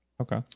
Okay